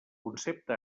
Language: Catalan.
concepte